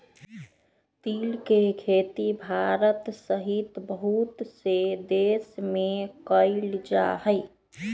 तिल के खेती भारत सहित बहुत से देश में कइल जाहई